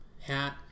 hat